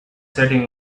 setting